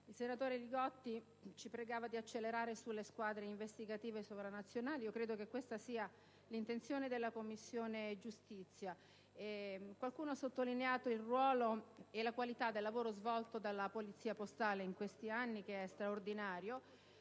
Il senatore Li Gotti ci ha pregato di accelerare l'intervento sulle squadre investigative sovranazionali: credo che questa sia l'intenzione della Commissione giustizia. Qualcuno ha sottolineato il ruolo e la qualità del lavoro svolto dalla polizia postale in questi anni, che sono straordinari;